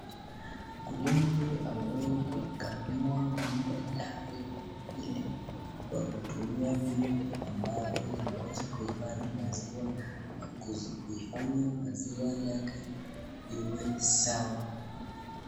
Mkulima huyu ameweza kuikamua ngo'mbe lake ili kwa kutumia nyungu ambazo zinaweza kuhifathi maziwa nakuifanya maziwa yake iwe sawa.